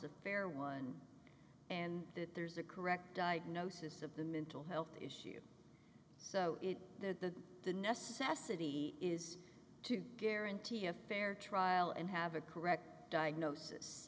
a fair one and that there's a correct diagnosis of the mental health issue so that the necessity is to guarantee a fair trial and have a correct diagnosis